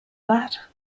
that